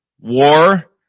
war